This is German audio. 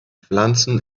pflanzen